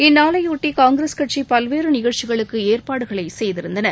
இந்நாளையொட்டி காங்கிரஸ் கட்சி பல்வேறு நிகழ்ச்சிகளுக்கு ஏற்பாடுகளை செய்திருந்தன